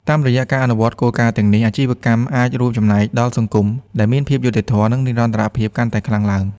តាមរយៈការអនុវត្តគោលការណ៍ទាំងនេះ អាជីវកម្មអាចរួមចំណែកដល់សង្គមដែលមានភាពយុត្តិធម៌ និងនិរន្តរភាពកាន់តែខ្លាំងឡើង។